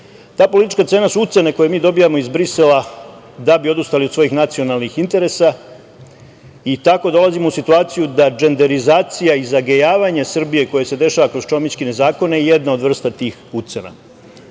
politička cena su ucene koje mi dobijamo iz Brisela da bi odustali od svojih nacionalnih interesa i tako dolazimo u situaciju da „dženderizacija“ i „zagejavanje“ Srbije koje se dešava kroz Čomićkine zakone je jedna od vrsta tih ucena. Ne